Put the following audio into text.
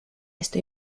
estoy